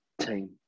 team